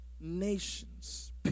nations